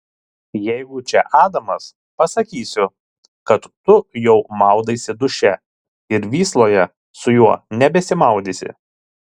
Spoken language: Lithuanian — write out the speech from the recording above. jeigu čia adamas pasakysiu kad tu jau maudaisi duše ir vysloje su juo nebesimaudysi